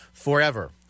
forever